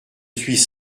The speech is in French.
suis